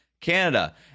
Canada